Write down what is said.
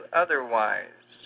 otherwise